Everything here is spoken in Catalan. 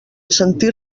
sentir